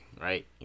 right